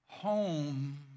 Home